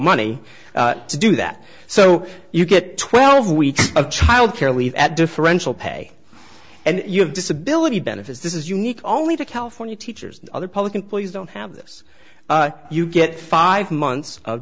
money to do that so you get twelve weeks of childcare leave at differential pay and you have disability benefits this is unique only to california teachers and other public employees don't have this you get five months of